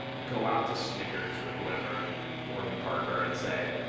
go out to snickers, or whoever orby parker and say,